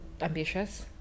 ambitious